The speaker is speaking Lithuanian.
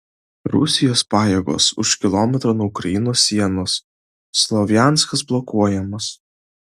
rusijos pajėgos už kilometro nuo ukrainos sienos slovjanskas blokuojamas